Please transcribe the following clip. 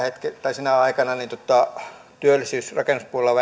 sinä aikana työttömyys rakennuspuolella